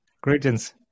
Greetings